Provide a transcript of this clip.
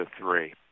three